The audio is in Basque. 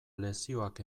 lezioak